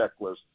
checklist